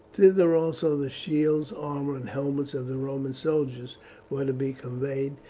thither also the shields, armour, and helmets of the roman soldiers were to be conveyed,